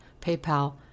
PayPal